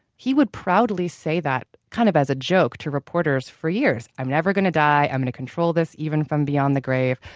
he would proudly say that, kind of as a joke, to reporters for years. i'm never going to die, i'm going to control this even from beyond the grave.